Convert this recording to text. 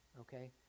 Okay